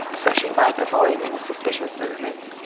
so she might avoid any suspicious movements.